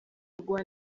rwa